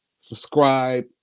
subscribe